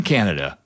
Canada